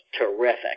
terrific